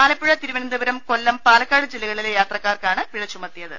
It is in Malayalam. ആലപ്പുഴ തിരുവനന്തപുരം കൊല്ലം പാലക്കാട് ജില്ലകളിലെ യാത്ര ക്കാർക്കാണ് പിഴ ചുമത്തിയത്